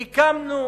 חבר הכנסת כץ.